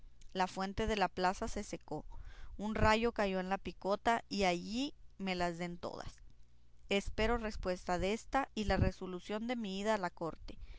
la fuente de la plaza se secó un rayo cayó en la picota y allí me las den todas espero respuesta désta y la resolución de mi ida a la corte